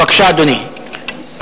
אדוני, בבקשה.